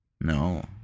No